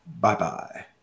Bye-bye